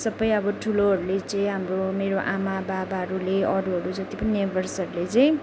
सबै अब ठुलोहरूले चाहिँ हाम्रो मेरो आमा बाबाहरूले अरूहरू जति पनि नेबर्सहरूले चाहिँ